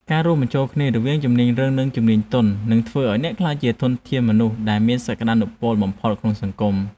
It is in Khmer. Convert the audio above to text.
ការរួមបញ្ចូលគ្នារវាងជំនាញរឹង និងជំនាញទន់នឹងធ្វើឱ្យអ្នកក្លាយជាធនធានមនុស្សដែលមានសក្ដានុពលបំផុតក្នុងសង្គម។